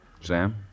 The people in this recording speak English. Sam